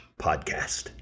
podcast